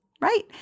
right